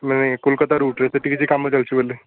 ମାନେ କୋଲକତାରୁ ଟ୍ରେନ୍ ସେଇଠି କିଛି କାମ ଚାଲିଛି ବୋଲି